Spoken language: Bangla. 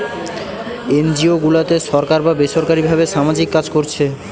এনজিও গুলাতে সরকার বা বেসরকারী ভাবে সামাজিক কাজ কোরছে